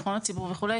ביטחון הציבור וכו',